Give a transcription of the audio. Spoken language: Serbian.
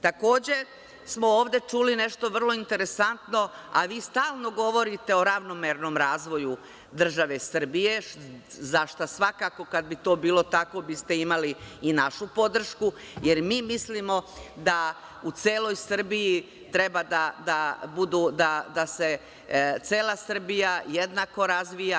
Takođe, ovde smo čuli nešto vrlo interesantno, a vi stalno govorite o ravnomernom razvoju države Srbije, za šta svakako, kada bi to bilo tako, imali bi ste i našu podršku, jer mi mislimo da u celoj Srbiji, da cela Srbija treba da se jednako razvija.